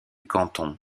canton